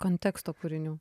konteksto kūrinių